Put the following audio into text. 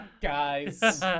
Guys